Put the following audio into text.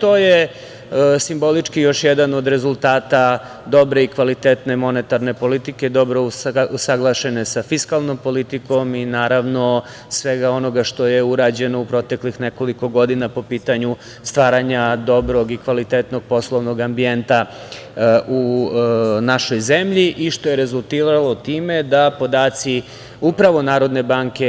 To je simbolički još jedan od rezultata dobre i kvalitetne monetarne politike, dobro usaglašene sa fiskalnom politikom i naravno svega onoga što je urađeno u proteklih nekoliko godina po pitanju stvaranja dobrog i kvalitetnog poslovnog ambijenta u našoj zemlji, što je rezultiralo time da podaci upravo NBS